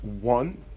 one